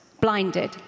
blinded